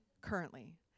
currently